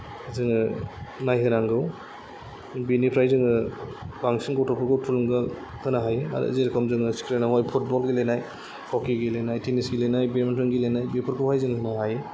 जोङो नायहोनांगौ बेनिफ्राय जोङो बांसिन गथ'फोरखौ थुलुंगा होनो हायो आरो जेरखम जोङो स्क्रिनावहाय फुटबल गेलेनाय हकि गेलेनाय तेनिस गेलेनाय बेडमिन्टन गेलेनाय बेफोरखौहाय जोङो होनो हायो